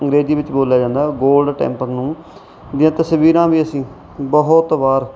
ਅੰਗਰੇਜ਼ੀ ਵਿੱਚ ਬੋਲਿਆ ਜਾਂਦਾ ਗੋਲਡ ਟੈਂਪਰ ਨੂੰ ਦੀਆਂ ਤਸਵੀਰਾਂ ਵੀ ਅਸੀਂ ਬਹੁਤ ਵਾਰ